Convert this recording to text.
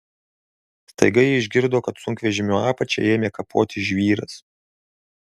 staiga ji išgirdo kad sunkvežimio apačią ėmė kapoti žvyras